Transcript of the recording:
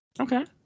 Okay